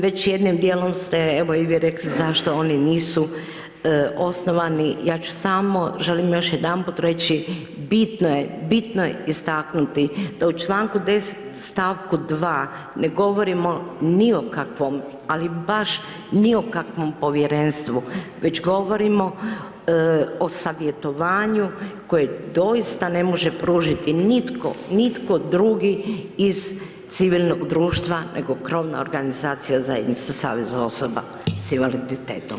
Već jednim dijelom ste, evo i vi rekli zašto oni nisu osnovani, ja ću samo, želim još jedanput reći, bitno je istaknuti da u čl. 10. st. 2. ne govorimo ni o kakvom, ali baš ni o kakvom Povjerenstvu, već govorimo o savjetovanju koje doista ne može pružiti nitko, nitko drugi iz civilnog društva, nego krovna organizacija zajednice savezom osoba s invaliditetom.